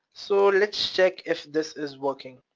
so let's check if this is working.